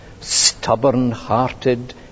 stubborn-hearted